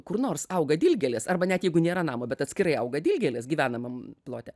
kur nors auga dilgėlės arba net jeigu nėra namo bet atskirai auga dilgėlės gyvenamam plote